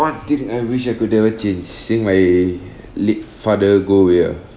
one thing I wish I could never change seeing my late father go away ah